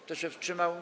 Kto się wstrzymał?